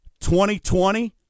2020